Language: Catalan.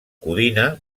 codina